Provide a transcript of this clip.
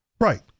Right